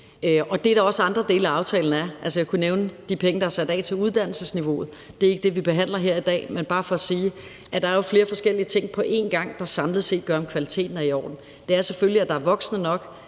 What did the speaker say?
Det er der også andre dele af aftalen, der er. Jeg kunne nævne de penge, der er sat af til uddannelsesniveauet. Det er ikke det, vi behandler her i dag, men det er bare for at sige, at der jo er flere forskellige ting på en gang, der samlet set afgør, om kvaliteten er i orden. Det er selvfølgelig, at der er voksne nok.